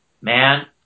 man